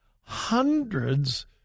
hundreds